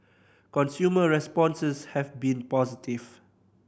consumer responses have been positive